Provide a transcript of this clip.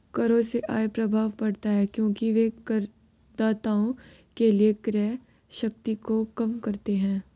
करों से आय प्रभाव पड़ता है क्योंकि वे करदाताओं के लिए क्रय शक्ति को कम करते हैं